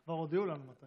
כבר הודיעו לנו מתי.